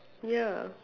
ya